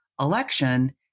election